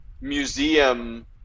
museum